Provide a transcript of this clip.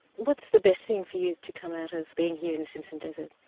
what's the best thing for you to come out of being here in the simpson desert?